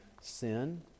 sin